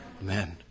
Amen